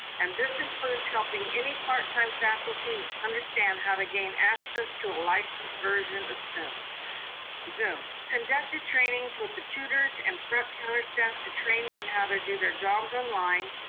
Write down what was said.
and this includes helping any part time faculty understand how to gain access to licensed version of zoom. conducted trainings with the tutors and front counter staff to train them how to do their jobs online.